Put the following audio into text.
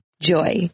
Joy